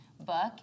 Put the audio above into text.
book